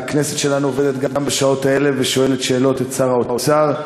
הכנסת שלנו עובדת גם בשעות האלה ושואלת שאלות את שר האוצר,